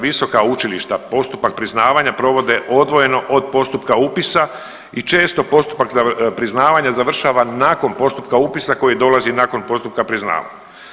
Visoka učilišta postupak priznavanja provode odvojeno od postupka upisa i često postupak priznavanja završava nakon postupka upisa koji dolazi nakon postupka priznavanja.